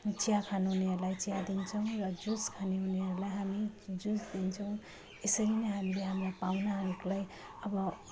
चिया खानुहुनेहरूलाई चिया दिन्छौँ र जुस खानुहुनेहरूलाई हामी जुस दिन्छौँ यसरी नै हामीले हाम्रा पाहुनाहरूलाई अब